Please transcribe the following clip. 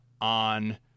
on